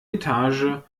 etage